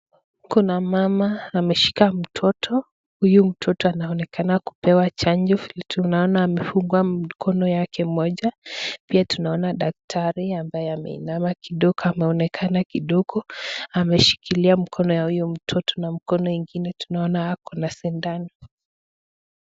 Kuna mama ameshika mtoto, huyu mtoto anaonekana kupewa chanjo vile tunaona amefungwa mkono moja, pia tunaona daktari ameinama Kidogo ameonekana Kidogo ameshikilia mkono wa huyo mtoto na mkono ingine tunaona akona sindano.